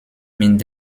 mit